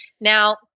Now